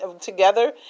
together